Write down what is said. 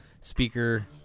speaker